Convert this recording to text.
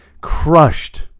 crushed